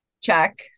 Check